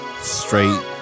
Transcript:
Straight